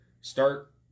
start